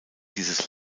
dieses